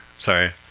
Sorry